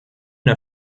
der